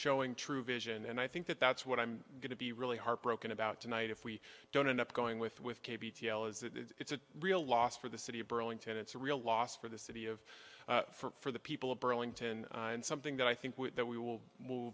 showing true vision and i think that that's what i'm going to be really heartbroken about tonight if we don't end up going with with kay b t l is that it's a real loss for the city of burlington it's a real loss for the city of for the people of burlington and something that i think that we will